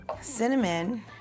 cinnamon